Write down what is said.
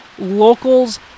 locals